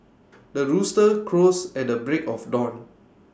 the rooster crows at the break of dawn